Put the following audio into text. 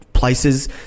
Places